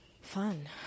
Fun